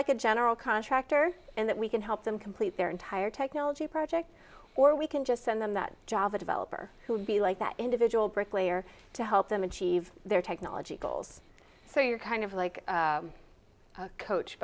like a general contractor and that we can help them complete their entire technology project or we can just send them that java developer who would be like that individual brick layer to help them achieve their technology goals so you're kind of like a coach